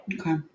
Okay